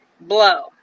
blow